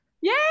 yay